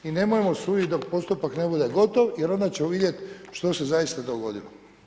I nemojmo sudit dok postupak ne bude gotov jer onda ćemo vidjet što se zaista dogodilo.